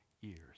years